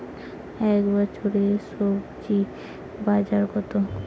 এ বছর স্বজি বাজার কত?